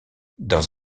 dans